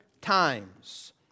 times